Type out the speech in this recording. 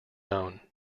own